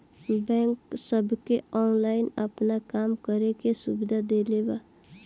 bank सबके online आपन काम करे के सुविधा देले बा